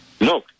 No